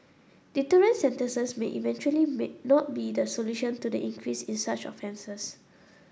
deterrent sentences may eventually may not be the solution to the increase in such offences